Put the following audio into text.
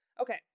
Okay